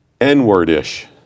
n-word-ish